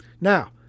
Now